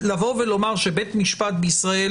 לומר שבית משפט בישראל,